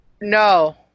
No